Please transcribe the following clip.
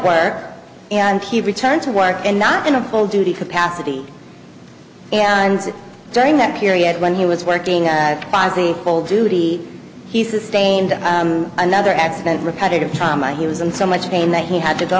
work and he returned to work and not in a full duty capacity and during that period when he was working full duty he sustained another accident repetitive trauma he was in so much pain that he had to